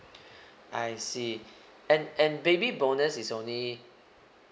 I see and and baby bonus is only